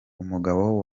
umugabo